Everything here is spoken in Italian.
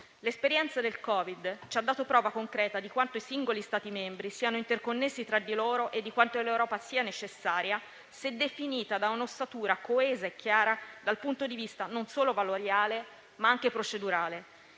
L'esperienza del Covid ci ha dato prova concreta di quanto i singoli Stati membri siano interconnessi tra di loro e di quanto l'Europa sia necessaria, se definita da un'ossatura coesa e chiara dal punto di vista non solo valoriale, ma anche procedurale.